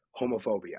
homophobia